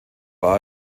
war